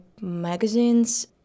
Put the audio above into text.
magazines